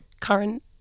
current